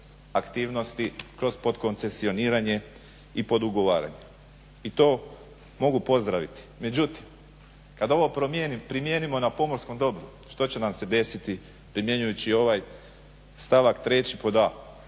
aktivnosti kroz pod koncesioniranje i podugovaranje, i to mogu pozdraviti. Međutim, kad ovo primijenimo na pomorskom dobru, što će nam se desiti primjenjujući ovaj stavak 3. pod a)